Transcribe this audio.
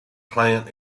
plant